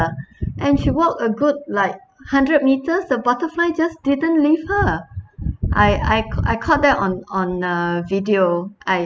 and she walked a good like hundred meters the butterfly just didn't leave her I I I caught them on on a video I